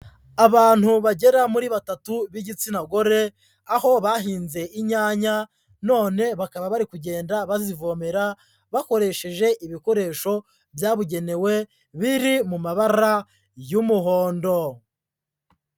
Abantu bagera muri batatu b'igitsina gore, aho bahinze inyanya, none bakaba bari kugenda bazivomera, bakoresheje ibikoresho byabugenewe biri mu mabara y'umuhondo.